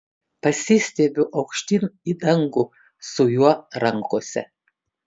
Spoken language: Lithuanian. pasistiebiu aukštyn į dangų su juo rankose